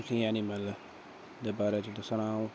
तुसें ई ऐनीमल दे बारे च दस्सना अ'ऊं